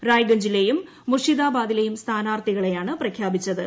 റായ്ഗുഞ്ചിലേയും മുർഷിദാബാദിലേയും സ്ഥാനാർത്ഥികളെയാണ് പ്രഖ്യാപിച്ചത്